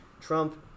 trump